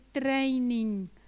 training